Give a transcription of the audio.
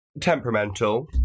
temperamental